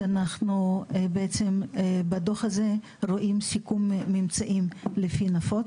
כשאנחנו בעצם בדוח הזה רואים סיכום ממצאים לפי נפות,